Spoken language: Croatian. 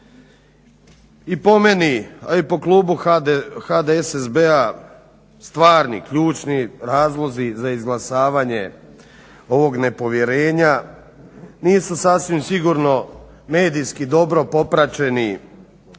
i po meni, a i po klubu HDSSB-a stvarni ključni razlozi za izglasavanje ovog nepovjerenja nisu sasvim sigurno medijski dobro popraćeni slikoviti